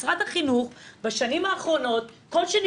משרד החינוך בשנים האחרונות בכל שני